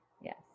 Yes